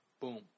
Boom